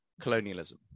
colonialism